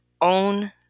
own